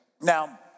Now